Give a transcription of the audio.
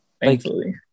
thankfully